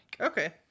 Okay